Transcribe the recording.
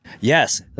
Yes